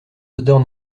auteurs